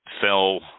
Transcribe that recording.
fell